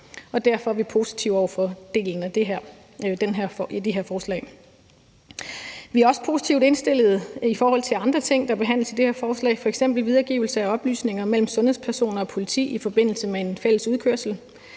derfor er vi positive over for det her forslag. Vi er også positivt indstillet i forhold til andre ting, der behandles i det her forslag, f.eks. videregivelse af oplysninger mellem sundhedspersoner og politi i forbindelse med en fælles udkørsel.